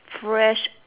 fresh